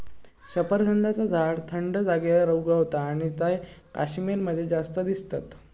सफरचंदाचा झाड थंड जागेर उगता आणि ते कश्मीर मध्ये जास्त दिसतत